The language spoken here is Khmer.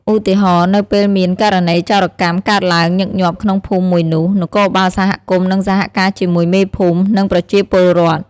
ឧទាហរណ៍ នៅពេលមាន ករណីចោរកម្មកើតឡើងញឹកញាប់ក្នុងភូមិមួយនោះ នគរបាលសហគមន៍នឹងសហការជាមួយមេភូមិ និងប្រជាពលរដ្ឋ។